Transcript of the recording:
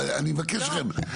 אני מבקש מכם,